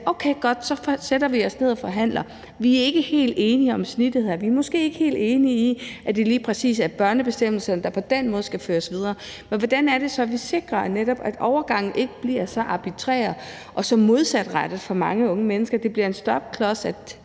er godt, vi sætter os ned og forhandler; vi er ikke helt enige om snittet her, og vi er måske ikke helt enige i, at det lige præcis er børnebestemmelserne, der på den måde skal føres videre, men hvordan er det så, vi netop sikrer, at overgangen ikke bliver så arbitrær og så modsatrettet for mange unge mennesker, så det bliver en stopklods,